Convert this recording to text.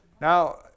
Now